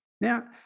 Now